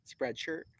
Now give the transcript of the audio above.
Spreadshirt